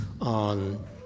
on